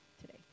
today